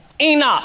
Enoch